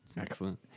Excellent